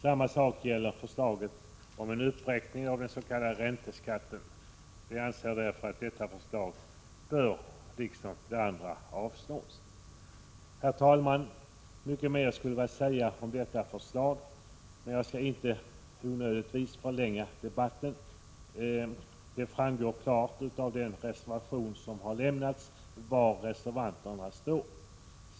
Samma sak gäller också förslaget om en uppräkning av den s.k. ränteskatten. Vi anser därför att detta förslag liksom det andra bör avslås. Herr talman! Mycket mera skulle vara att säga om dessa förslag. Men jag skall inte onödigtvis förlänga debatten. Det framgår av vår reservation var vi står.